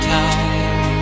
time